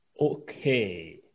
Okay